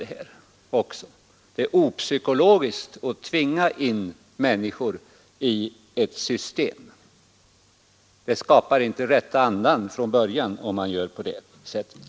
Det är opsykologiskt att tvinga in människor i ett system. Det skapar inte den rätta andan från början att göra på det sättet.